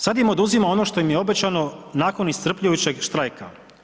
Sad im oduzima ono što im je obećano nakon iscrpljujućeg štrajka.